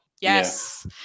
yes